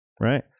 right